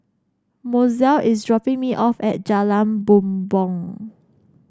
Mozelle is dropping me off at Jalan Bumbong